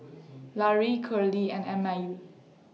Larae Curley and Emile